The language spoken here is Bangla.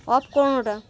অফ করুন ওটা